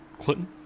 Clinton